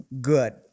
Good